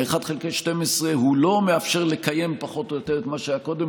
ה-1 חלקי 12 לא מאפשר לקיים פחות או יותר את מה שהיה קודם,